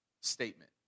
statement